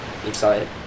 excited